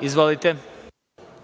Izvolite.